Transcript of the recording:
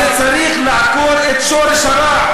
אז צריך לעקור את שורש הרע.